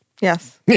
Yes